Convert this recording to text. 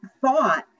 thought